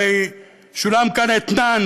הרי שולם כאן אתנן,